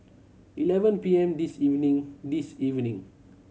eleven P M this evening this evening